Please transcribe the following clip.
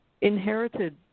inherited